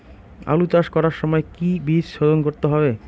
আলু চাষ করার সময় কি বীজ শোধন করতে হবে?